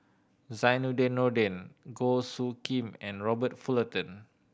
Zainudin Nordin Goh Soo Khim and Robert Fullerton